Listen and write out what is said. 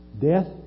death